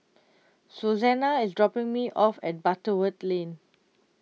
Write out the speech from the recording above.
Suzanna is dropping me off at Butterworth Lane